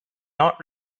not